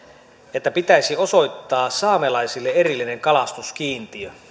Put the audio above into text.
että pitäisi osoittaa saamelaisille erillinen kalastuskiintiö